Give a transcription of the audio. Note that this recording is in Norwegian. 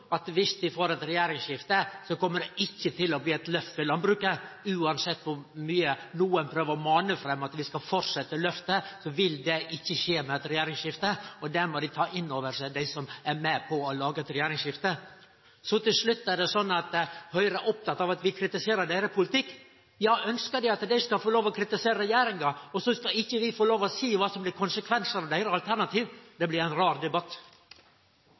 at om vi får eit regjeringsskifte, kjem det ikkje til å bli eit lyft for landbruket uansett kor mykje nokon prøver å mane fram at vi skal fortsetje lyftet. Det må dei som er med på å lage eit regjeringsskifte, ta inn over seg. Så til slutt er det slik at Høgre er oppteke av at vi kritiserer deira politikk. Dei ønskjer at dei skal få lov til å kritisere regjeringa, og så skal ikkje vi få lov til å seie kva som blir konsekvensane av deira alternativ – det blir ein rar debatt.